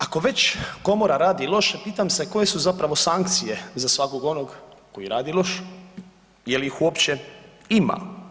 Ako već komora radi loše, pitam se koje su zapravo sankcije za svakog onog koji radi loše i je li ih uopće ima?